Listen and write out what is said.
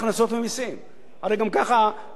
הרי גם ככה קופת האוצר חסרה.